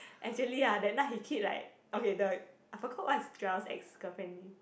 actually ah that night he keep like okay the I forgot what is Joel's ex girlfriend name